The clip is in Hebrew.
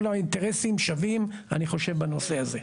כל האינטרסים שווים, אני חושב, בנושא הזה.